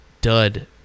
dud